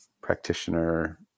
practitioner